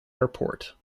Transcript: airport